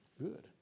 Good